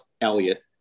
Elliot